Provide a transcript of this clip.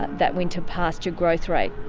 that winter pasture growth rate.